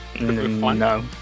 No